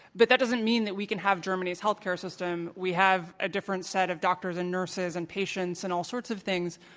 but that doesn't mean that we can have germany's health care system. we have a different set of doctors and nurses and patients and all sorts of things,